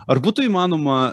ar būtų įmanoma